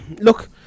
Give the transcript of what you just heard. Look